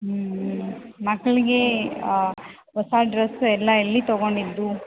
ಹ್ಞೂ ಹ್ಞೂ ಮಕ್ಕಳಿಗೆ ಹೊಸ ಡ್ರಸ್ ಎಲ್ಲ ಎಲ್ಲಿ ತಗೊಂಡಿದ್ದು